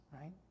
right